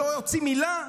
שלא הוציא מילה,